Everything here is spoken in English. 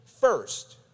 first